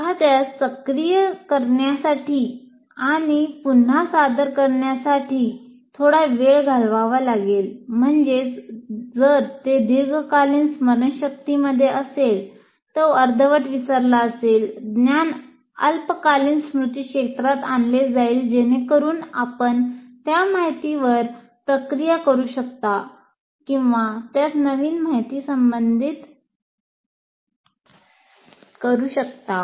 एखाद्यास सक्रिय करण्यासाठी आणि पुन्हा सादर करण्यासाठी थोडा वेळ घालवावा लागेल म्हणजेच जर ते दीर्घकालीन स्मरणशक्तीमध्ये असेल तो अर्धवट विसरला असेल ज्ञान अल्पकालीन स्मृती क्षेत्रात आणले जाईल जेणेकरुन आपण त्या माहितीवर प्रक्रिया करू शकता किंवा त्यास नवीन माहिती संबंधित करु शकता